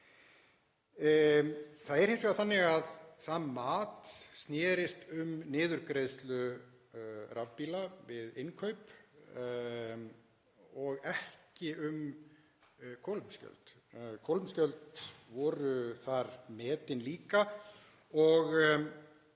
Það er hins vegar þannig að það mat snerist um niðurgreiðslu rafbíla við innkaup og ekki um kolefnisgjöld. Kolefnisgjöld voru þar metin líka og